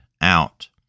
out